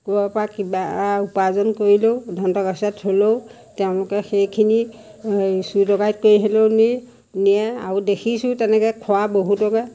ক'ৰ পৰা কিবা উপাৰ্জন কৰিলেও ধন টকা পইচা থ'লেও তেওঁলোকে সেইখিনি চুৰি ডকাইত কৰি হ'লেও নি নিয়ে আৰু দেখিছোঁ তেনেকৈ খোৱা বহুতকে